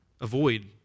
Avoid